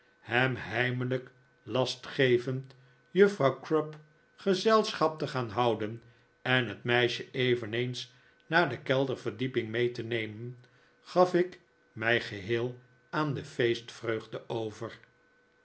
hem heimelijk last gevend juffrouw crupp gezelschap te gaan houden en het meisje eveneens naar de kelderverdieping mee te nemen gaf ik mij geheel aan de feestvreugde over